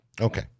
Okay